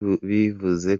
bivuze